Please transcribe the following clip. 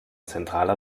zentraler